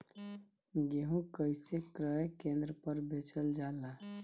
गेहू कैसे क्रय केन्द्र पर बेचल जाला?